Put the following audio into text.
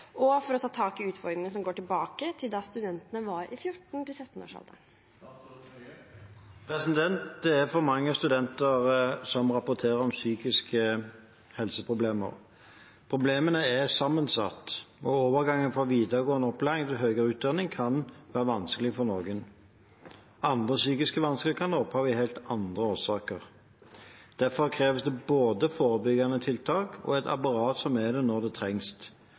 og for å ta tak i utfordringene som går tilbake til da studentene var i 14–17 års alderen?» Det er for mange studenter som rapporterer om psykiske helseproblemer. Problemene er sammensatt. Overgangen fra videregående opplæring til høyere utdanning kan være vanskelig for noen, andre psykiske vansker kan ha opphav i helt andre ting. Derfor kreves det både forebyggende tiltak og et apparat som er der når det trengs.